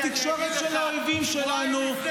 בתקשורת של האויבים שלנו -- אם תרשה לי אני אגיד לך.